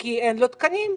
כי אין לו תקנים.